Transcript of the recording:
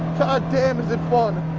goddamn is it fun.